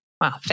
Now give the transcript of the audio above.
Wow